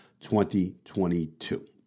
2022